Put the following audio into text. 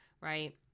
Right